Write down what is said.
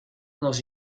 nos